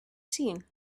seen